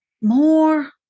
more